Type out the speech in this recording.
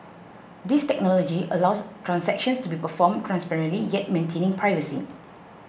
this technology allows transactions to be performed transparently yet maintaining privacy